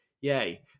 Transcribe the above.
Yay